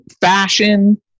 fashion